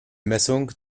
messung